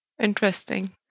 Interesting